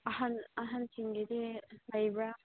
ꯑꯍꯟꯁꯤꯡꯒꯤꯗꯤ ꯂꯩꯕ꯭ꯔꯥ